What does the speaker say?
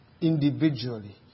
Individually